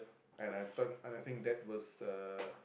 and I think and I think that was uh